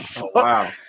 Wow